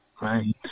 right